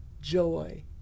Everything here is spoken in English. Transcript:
joy